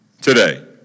Today